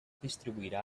distribuirà